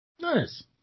Nice